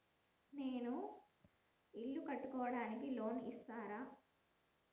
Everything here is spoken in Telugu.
నేను ఇల్లు కట్టుకోనికి లోన్ ఇస్తరా?